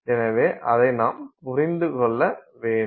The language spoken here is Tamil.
எனவே அதை நாம் புரிந்து கொள்ள வேண்டும்